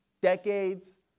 decades